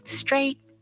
straight